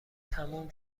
تموم